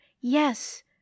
Yes